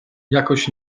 jakoś